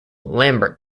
lambert